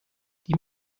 die